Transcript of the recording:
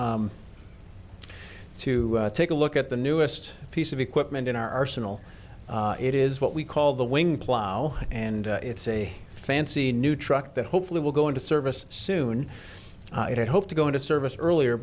to take a look at the newest piece of equipment in our arsenal it is what we call the wing plow and it's a fancy new truck that hopefully will go into service soon i hope to go into service earlier